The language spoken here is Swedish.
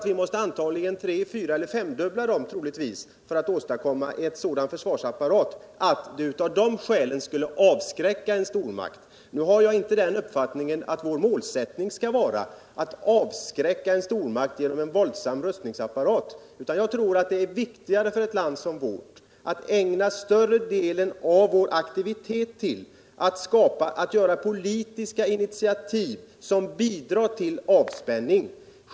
Vi måste antagligen tre-, fyr eller femdubbla dem för att åstadkomma en sådan försvarsapparat att den kunde avskräcka en stormakt. Nu har jag inte den uppfattningen att vår målsättning skall vara att avskräcka en stormakt genom en våldsam rustningsapparat, utan jag tror att det är viktigare för ett land som vårt att ägna större delen av vår aktivitet till att ta politiska initiativ som bidrar till avspänning.